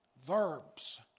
verbs